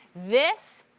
this,